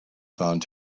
found